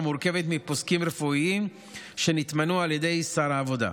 המורכבת מפוסקים רפואיים שנתמנו על ידי שר העבודה.